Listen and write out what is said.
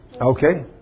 Okay